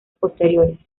posteriores